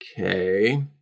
Okay